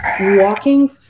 walking